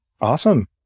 Awesome